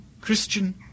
Christian